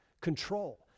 control